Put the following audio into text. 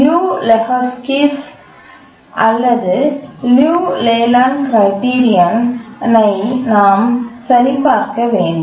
லியு Lehoczky அல்லது Liu Layland கிரைடிரியனை நாம் சரிபார்க்க வேண்டும்